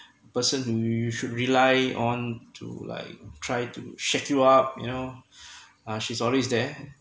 person you you should rely on to like try to shake you up you know uh she's always there